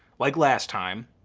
like last time.